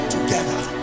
Together